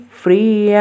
free